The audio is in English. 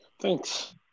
thanks